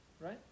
right